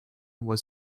was